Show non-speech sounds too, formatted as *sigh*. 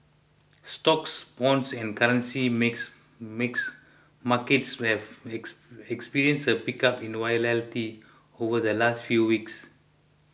stocks bonds and currency makes makes markets have *unintelligible* experienced a pickup in volatility over the last few weeks